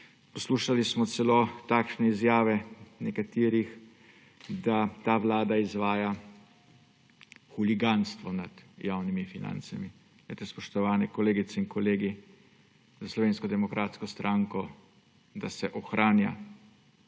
Poslušali smo celo izjave nekaterih, da ta vlada izvaja huliganstvo nad javnimi financami. Spoštovane kolegice in kolegi, za Slovensko demokratsko stranko to, da se ohranja